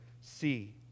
see